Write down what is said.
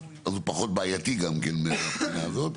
הוא פחות בעייתי מהבחינה הזאת.,